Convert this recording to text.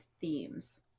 themes